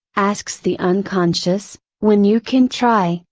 asks the unconscious, when you can try,